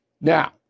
Now